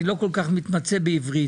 אני לא כל כך מתמצא בעברית.